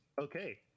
Okay